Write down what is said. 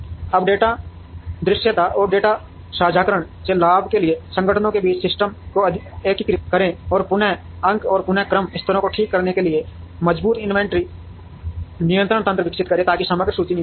अब डेटा दृश्यता और डेटा साझाकरण से लाभ के लिए संगठनों के बीच सिस्टम को एकीकृत करें और पुन अंक और पुन क्रम स्तरों को ठीक करने के लिए मजबूत इन्वेंट्री नियंत्रण तंत्र विकसित करें ताकि समग्र सूची नीचे आए